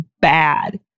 bad